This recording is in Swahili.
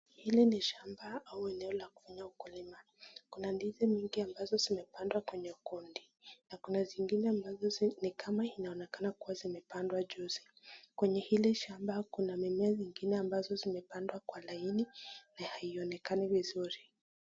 Hili ni shamba au eneo la kufanya ukulima. Kuna ndizi mingi ambazo zimepandwa kwenye kundi, na kuna zingine ni kama inaonekana kua zimepandwa juzi. Kwenye hili shamba kuna mimea zingine ambazo zimepandwa kwa laini na haionekani vizuri.